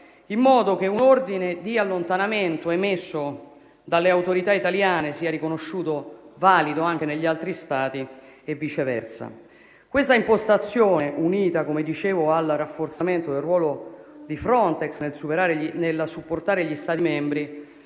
in modo che un ordine di allontanamento emesso dalle autorità italiane sia riconosciuto valido anche negli altri Stati e viceversa. Questa impostazione, unita - come dicevo - al rafforzamento del ruolo di Frontex nel supportare gli Stati membri,